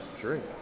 drink